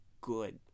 good